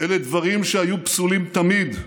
אלה דברים שהיו פסולים תמיד,